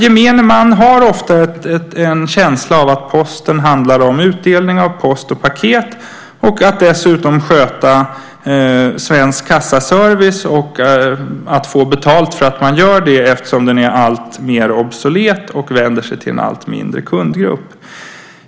Gemene man har nämligen ofta en känsla av att Posten handlar om utdelning av post och paket, att man dessutom ska sköta Svensk kassaservice och få betalt för att man gör det eftersom den är alltmer obsolet och vänder sig till en allt mindre kundgrupp.